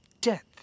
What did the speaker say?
Death